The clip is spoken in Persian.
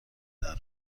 درو